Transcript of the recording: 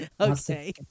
Okay